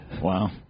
Wow